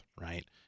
Right